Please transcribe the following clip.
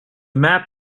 map